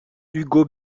ugo